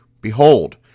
Behold